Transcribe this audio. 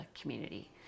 community